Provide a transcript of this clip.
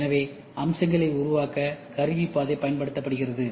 எனவே அம்சங்களை உருவாக்க கருவி பாதை பயன்படுத்தப்படுகிறது